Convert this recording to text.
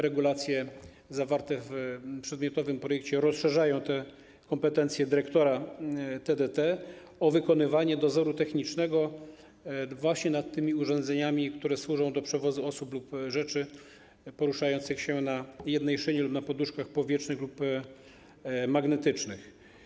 Regulacje zawarte w przedmiotowym projekcie rozszerzają kompetencje dyrektora TDT o wykonywanie dozoru technicznego właśnie nad urządzeniami, które służą do przewozu osób lub rzeczy poruszających się na jednej szynie lub na poduszkach powietrznych lub magnetycznych.